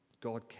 God